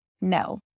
no